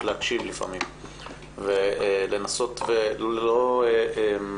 להקשיב לפעמים ולנסות לא לבטל את האמירה של המטופלת.